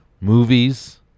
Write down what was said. movies